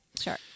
Sure